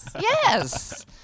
Yes